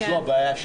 זו הבעיה שלי.